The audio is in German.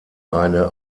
eine